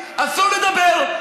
אסור לדבר.